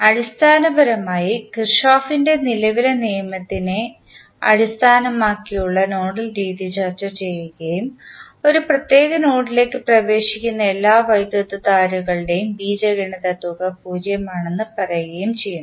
അടിസ്ഥാനപരമായി കിർചോഫിൻറെKirchhoff's നിലവിലെ നിയമത്തെ അടിസ്ഥാനമാക്കിയുള്ള നോഡൽ രീതി ചർച്ച ചെയ്യുകയും ഒരു പ്രത്യേക നോഡിലേക്ക് പ്രവേശിക്കുന്ന എല്ലാ വൈദ്യുതധാരകളുടെയും ബീജഗണിത തുക പൂജ്യമാണെന്ന് പറയുകയും ചെയ്യുന്നു